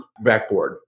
backboard